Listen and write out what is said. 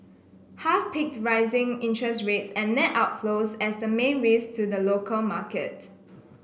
half picked rising interest rates and net outflows as the main risks to the local market